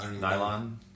Nylon